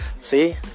see